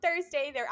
Thursday